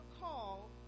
call